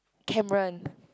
Cameron